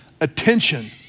attention